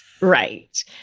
Right